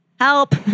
Help